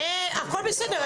הכל בסדר.